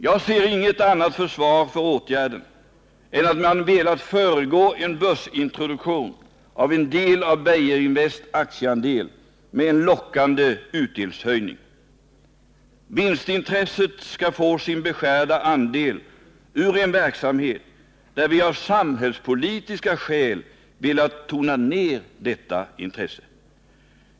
Jag ser inget annat försvar för åtgärden än att man velat föregå en börsintroduktion av en del av Beijerinvests aktieandel med en lockande utdelningshöjning. Vinstintresset skall få sin beskärda andel av en verksamhet där vi av samhällspolitiska skäl velat tona ner detta intresse.